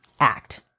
Act